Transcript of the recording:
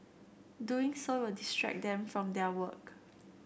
doing so will distract them from their work